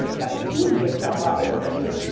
that's the easiest non-profit work i do.